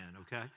okay